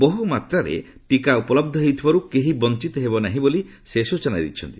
ବହୁମାତ୍ରାରେ ଟିକା ଉପଲବ୍ଧ ହେଉଥିବାରୁ କେହି ବଞ୍ଚିତ ହେବେ ନାହିଁ ବୋଲି ଶ୍ରୀ ଜାଭଡେକର ସୂଚନା ଦେଇଛନ୍ତି